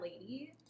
lady